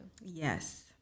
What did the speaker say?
Yes